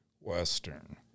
Western